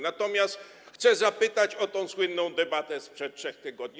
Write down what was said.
Natomiast chcę zapytać o tę słynną debatę sprzed 3 tygodni.